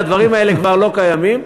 הדברים האלה כבר לא קיימים,